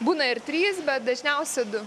būna ir trys bet dažniausia du